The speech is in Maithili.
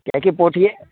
कियाकि पोठिआ